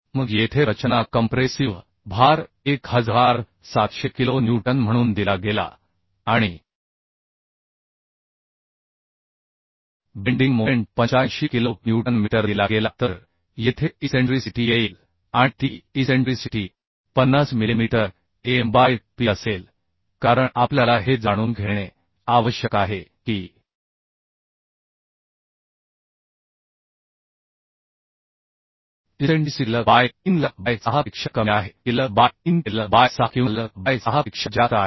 मग येथे रचना कंप्रेसिव्ह भार 1700 किलो न्यूटन म्हणून दिला गेला आणि bending moment 85 kilo newton metre दिला गेला तर येथे इसेंट्रीसिटी येईल आणि ती इसेंट्रीसिटी 50 मिलिमीटर Mबाय P असेल कारण आपल्याला हे जाणून घेणे आवश्यक आहे की eccentricity L by 3 L by 6 पेक्षा कमी आहे की L बाय 3 ते L बाय 6 किंवा L बाय 6 पेक्षा जास्त आहे